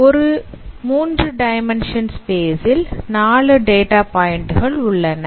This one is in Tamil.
ஒரு 3 டைமென்ஷன் ஸ்பேஸ் ல் 4 டேட்டா பாயிண்டுகள் உள்ளன